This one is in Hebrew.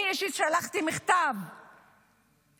אני אישית שלחתי מכתב לשר,